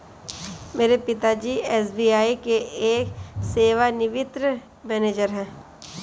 मेरे पिता जी एस.बी.आई के एक सेवानिवृत मैनेजर है